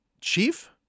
chief –